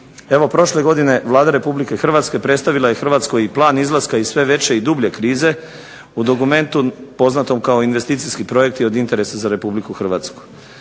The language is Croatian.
Evo prošle godine Vlada Republike Hrvatske predstavila je Hrvatskoj i plan izlaska iz sve veće i dublje krize u dokumentu poznatom kao investicijski projekti od interesa za Republiku Hrvatsku.